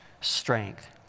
strength